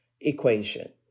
equation